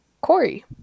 Corey